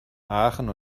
aachen